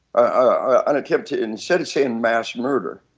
an attempt to instead of saying mass murderer